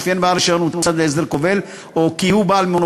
שלפיה בעל הרישיון הוא צד להסדר כובל,